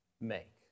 make